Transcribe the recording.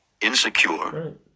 insecure